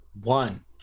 One